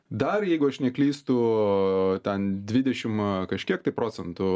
dar jeigu aš neklystu ten dvidešim kažkiek tai procentų